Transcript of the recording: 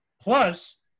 plus